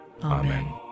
Amen